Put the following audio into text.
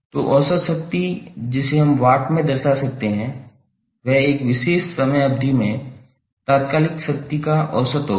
तो औसत शक्ति जिसे हम वाट में दर्शा सकते हैं वह एक विशेष समय अवधि में तात्कालिक शक्ति का औसत होगा